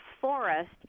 forest